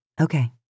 okay